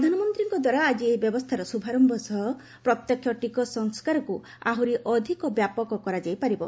ପ୍ରଧାନମନ୍ତ୍ରୀଙ୍କ ଦ୍ୱାରା ଆଜି ଏହି ବ୍ୟବସ୍ଥାର ଶୁଭାରମ୍ଭ ସହ ପ୍ରତ୍ୟକ୍ଷ ଟିକସ ସଂସ୍କାରକୁ ଆହୁରି ଅଧିକ ବ୍ୟାପକ କରାଯାଇ ପାରିବ